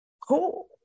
cool